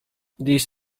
these